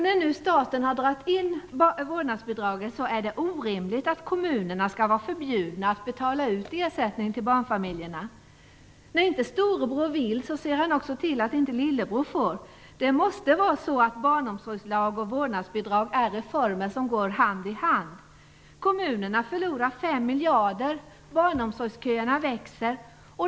När nu staten har dragit in vårdnadsbidraget är det orimligt att kommunerna skall vara förbjudna att betala ut ersättning till barnfamiljerna. När inte storebror vill ser han också till att inte lillebror får. Barnomsorgslagen och vårdnadsbidraget måste vara reformer som går hand i hand. Kommunerna förlorar 5 miljarder. Barnomsorgsköerna växer.